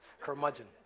Curmudgeon